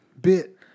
bit